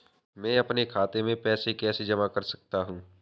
मैं अपने खाते में पैसे कैसे जमा कर सकता हूँ?